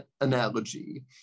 analogy